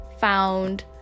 found